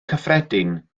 cyffredin